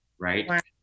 Right